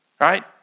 right